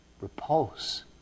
repulse